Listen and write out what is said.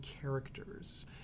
characters